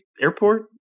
airport